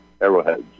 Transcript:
arrowheads